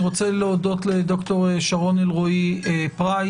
אני רוצה להודות לד"ר שרון אלרעי-פרייס,